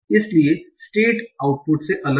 इसलिए state output से अलग हैं